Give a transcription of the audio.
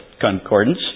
concordance